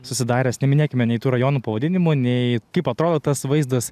susidaręs neminėkime nei tų rajonų pavadinimų nei kaip atrodo tas vaizdas